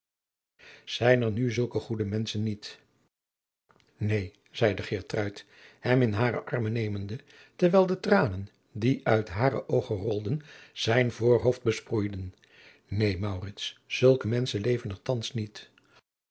zijn er nu zulke goede menschen niet neen zeide geertruid hem in hare armen nemende terwijl de tranen die uit hare oogen rolden zijn voorhoofd besproeiden neen maurits zulke menschen leven er thans niet